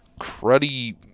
cruddy